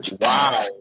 Wow